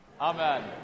amen